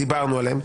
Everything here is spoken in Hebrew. דיברנו עליהם,